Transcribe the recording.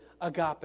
agape